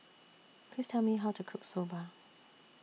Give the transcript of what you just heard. Please Tell Me How to Cook Soba